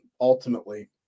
ultimately